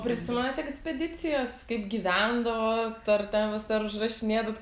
prisimenat ekspedicijas kaip gyvendavot ar ten visi ar užrašinėdavot